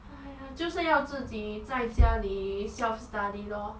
哎呀就是要自己在家里 self study lor